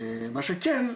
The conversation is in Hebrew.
מה שכן,